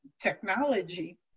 technology